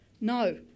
No